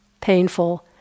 painful